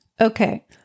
Okay